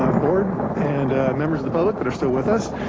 um board and members of the public that are still with us.